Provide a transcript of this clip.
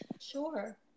Sure